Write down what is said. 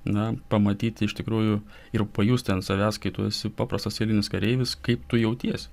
na pamatyti iš tikrųjų ir pajusti ant savęs kai tu esi paprastas eilinis kareivis kaip tu jautiesi